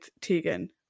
Tegan